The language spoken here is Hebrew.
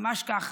ממש כך.